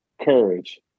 courage